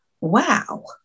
wow